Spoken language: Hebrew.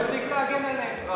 באסל, תפסיק להגן עליהם כבר.